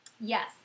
yes